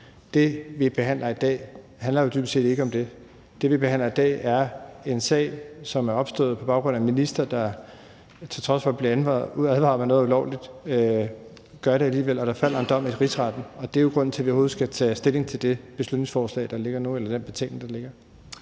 Det, vi behandler i dag, handler jo dybest set ikke om det. Det, vi behandler i dag, er en sag, som er opstået på baggrund af en minister, der på trods af at være blevet advaret om, at noget er ulovligt, gør det alligevel. Og der falder en dom i Rigsretten, og det er jo grunden til, at vi overhovedet skal tage stilling til den betænkning, der ligger nu. Kl. 13:27 Formanden (Henrik